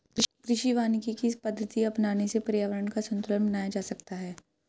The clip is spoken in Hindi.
कृषि वानिकी की पद्धति अपनाने से पर्यावरण का संतूलन बनाया जा सकता है